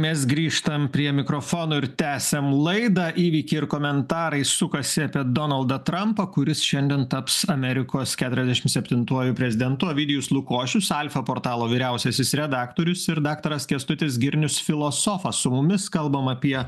mes grįžtam prie mikrofono ir tęsiam laidą įvykiai ir komentarai sukasi apie donaldą trampą kuris šiandien taps amerikos keturiasdešim septintuoju prezidentu ovidijus lukošius alfa portalo vyriausiasis redaktorius ir daktaras kęstutis girnius filosofas su mumis kalbam apie